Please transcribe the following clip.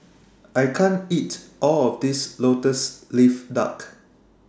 I can't eat All of This Lotus Leaf Duck